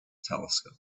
telescope